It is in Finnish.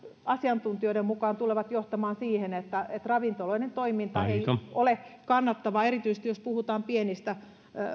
asiantuntijoiden mukaan tulevat johtamaan siihen että että ravintoloiden toiminta ei ole kannattavaa erityisesti jos puhutaan pienistä